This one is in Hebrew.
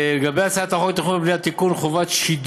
צריך להיות fair enough, זה של דוד צור.